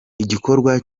igikorwa